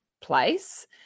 place